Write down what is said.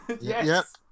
Yes